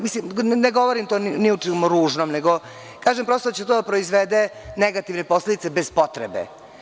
Mislim, ne govorim ni o čemu ružnom, nego kažem prosto da će to da proizvede negativne posledice bez potrebe.